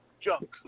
junk